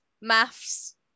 maths